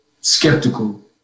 skeptical